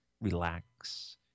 Relax